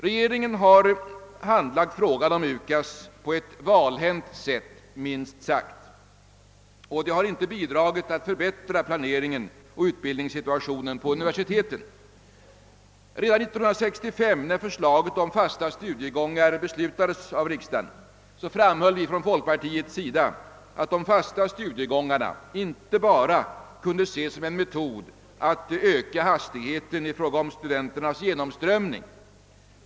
Regeringen har handlagt frågan om UKAS på ett valhänt sätt, minst sagt. Och det har inte bidragit till att förbättra planeringen och utbildningssituationen på universiteten. Redan 1965, när förslaget om fasta studiegångar beslutades av riksdagen, framhöll vi från folkpartiets sida att de fasta studiegångarna inte bara kunde ses som en metod att öka hastigheten i fråga om studenternas genomströmning.